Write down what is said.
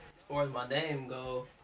far as my name goes,